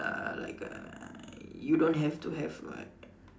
uh like a you don't have to have what